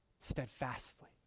steadfastly